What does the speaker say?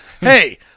hey